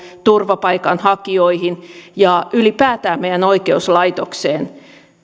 turvapaikanhakijoihin ja ylipäätään meidän oikeuslaitokseemme